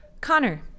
Connor